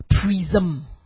prism